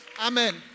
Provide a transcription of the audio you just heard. Amen